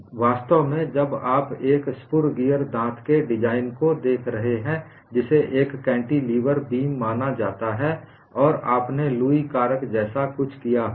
वास्तव में जब आप एक स्पुर गियर दाँत के डिजाइन को देख रहे हैं जिसे एक कैंटिलीवर बीम माना जाता है और आपने लूई कारक जैसा कुछ किया होगा